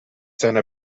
seiner